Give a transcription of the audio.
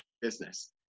Business